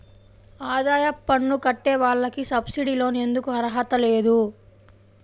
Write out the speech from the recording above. ఆదాయ పన్ను కట్టే వాళ్లకు సబ్సిడీ లోన్ ఎందుకు అర్హత లేదు?